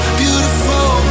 beautiful